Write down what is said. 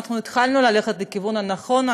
אנחנו התחלנו ללכת בכיוון הנכון,